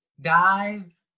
dive